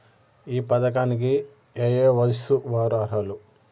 ఈ పథకానికి ఏయే వయస్సు వారు అర్హులు?